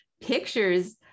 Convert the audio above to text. pictures